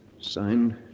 Signed